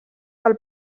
del